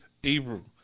Abram